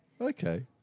Okay